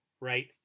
right